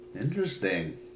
Interesting